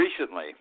recently